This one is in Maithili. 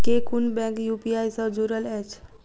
केँ कुन बैंक यु.पी.आई सँ जुड़ल अछि?